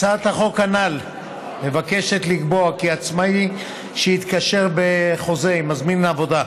הצעת החוק הנ"ל מבקשת לקבוע כי עצמאי שהתקשר בחוזה עם מזמין עבודה,